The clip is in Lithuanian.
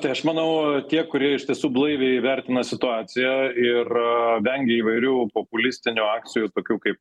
tai aš manau tie kurie iš tiesų blaiviai vertina situaciją ir vengia įvairių populistinių akcijų tokių kaip